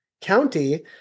county